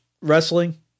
wrestling